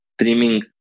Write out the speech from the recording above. streaming